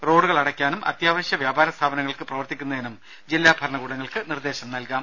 റോഡുകൾ അടയ്ക്കാനും അത്യാവശ്യ വ്യാപാര സ്ഥാപനങ്ങൾക്ക് പ്രവർത്തിക്കുന്നതിനും ജില്ലാഭരണകൂടങ്ങൾക്ക് നിർദ്ദേശം നൽകാം